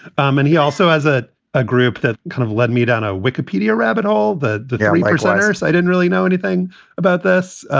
um and he also has ah a group that kind of led me down, a wikipedia rabbit, all the the science. i didn't really know anything about this,